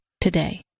today